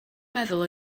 meddwl